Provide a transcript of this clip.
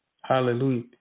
Hallelujah